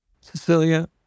Cecilia